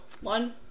One